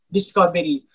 Discovery